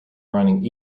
running